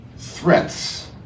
threats